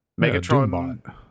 Megatron